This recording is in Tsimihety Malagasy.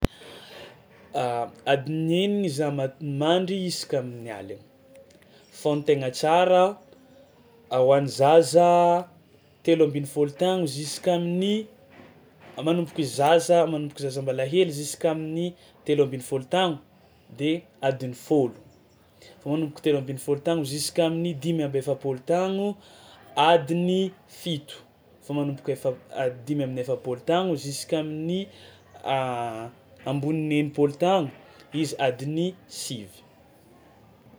Adiny eniny za ma- mandry isaka amin'ny aligna fô ny tegna tsara a ho an'ny zaza telo ambinifôlo tagno jusk'amin'ny a manomboky zaza manomboko zaza mbola hely jusk'amin'ny telo ambinifolo tagno de adiny fôlo fa manomboko telo ambinifôlo tano jusk'amin'ny dimy amby efapolo tagno adiny fito fa manomboko efa- dimy amby efapolo tagno juks'amin'ny ambonin'ny enimpôlo tagno izy adiny sivy.